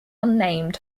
unnamed